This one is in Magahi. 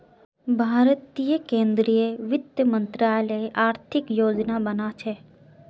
भारतीय केंद्रीय वित्त मंत्रालय आर्थिक योजना बना छे